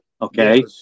Okay